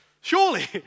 Surely